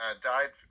died